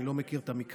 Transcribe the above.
אני לא מכיר את המקרה,